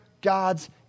God's